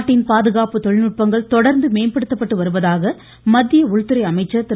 நாட்டின் பாதுகாப்பு தொழில்நுட்பங்கள் தொடர்ந்து மேம்படுத்தப்பட்டு வருவதாக உள்துறை அமைச்சர் திரு